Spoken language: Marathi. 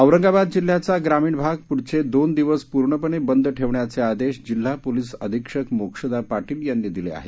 औरंगाबाद जिल्ह्याचा ग्रामीण भाग पुढचे दोन दिवस पूर्णपणे बंद ठेवण्याचे आदेश जिल्हा पोलिस अधीक्षक मोक्षदा पाटील यांनी दिले आहेत